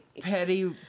Petty